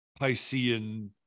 Piscean